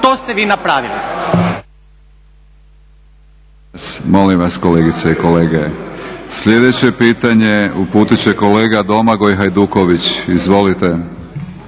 To ste vi napravili.